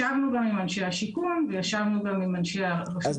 ישבנו גם אנשי השיכון וישבנו יחד עם אנשי --- אז